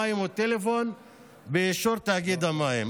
מים וטלפון באישור תאגיד המים).